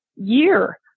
year